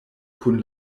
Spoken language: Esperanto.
kun